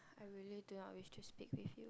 I really do not with to speak with you